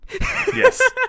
yes